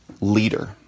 leader